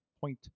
point